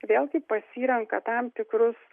vėlgi pasirenka tam tikrus